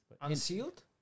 unsealed